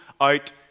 out